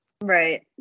Right